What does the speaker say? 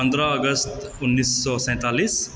पन्द्रह अगस्त उन्नीस सए सैंतालिस